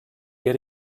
get